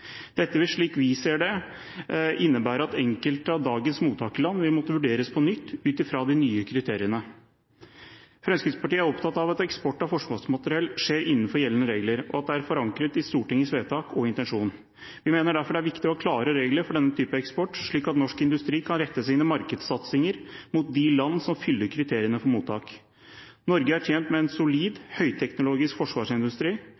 Dette vil, slik vi ser det, innebære at enkelte av dagens mottakerland vil måtte vurderes på nytt ut fra de nye kriteriene. Fremskrittspartiet er opptatt av at eksport av forsvarsmateriell skjer innenfor gjeldende regler, og at det er forankret i Stortingets vedtak og intensjon. Vi mener derfor det er viktig å ha klare regler for denne type eksport, slik at norsk industri kan rette sine markedssatsninger mot de land som fyller kriteriene for mottak. Norge er tjent med en